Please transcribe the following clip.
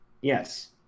Yes